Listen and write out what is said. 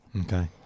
Okay